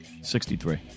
Sixty-three